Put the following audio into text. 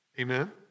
Amen